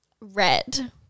red